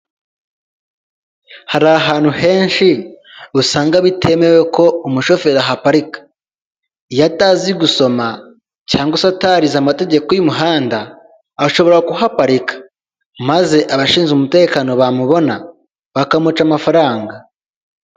Hari ahantu henshi usanga bitemewe ko umushoferi ahaparika, iyo atazi gusoma cyangwa se atarize amategeko y'umuhanda ashobora kuhaparika, maze abashinzwe umutekano bamubona bakamuca amafaranga.